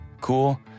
Cool